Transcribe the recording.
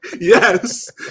Yes